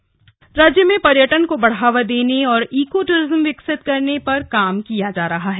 bird watching राज्य में पर्यटन को बढ़ावा देने और इको टूरिज्म विकसित करने पर काम किया जा रहा है